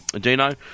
Dino